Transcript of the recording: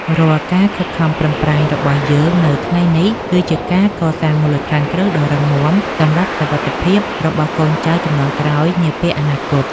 រាល់ការខិតខំប្រឹងប្រែងរបស់យើងនៅថ្ងៃនេះ គឺជាការកសាងមូលដ្ឋានគ្រឹះដ៏រឹងមាំសម្រាប់សុវត្ថិភាពរបស់កូនចៅជំនាន់ក្រោយនាពេលអនាគត។